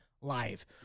live